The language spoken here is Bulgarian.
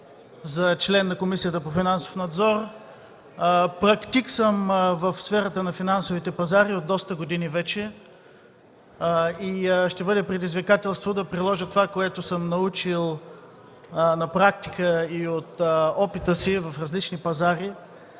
за член на Комисията по финансов надзор. Практик съм в сферата на финансовите пазари от доста години и ще бъде предизвикателство да приложа това, което съм научил на практика и от опита си в различни пазари